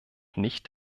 nicht